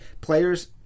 players